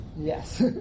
Yes